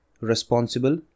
responsible